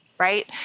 Right